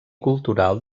cultural